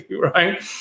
right